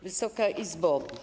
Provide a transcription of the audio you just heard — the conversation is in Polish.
Wysoka Izbo!